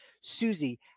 Susie